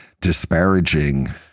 disparaging